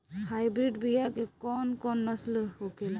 Hybrid बीया के कौन कौन नस्ल होखेला?